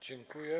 Dziękuję.